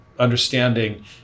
Understanding